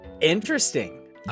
Interesting